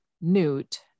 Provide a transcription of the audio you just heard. Newt